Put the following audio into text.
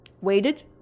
waited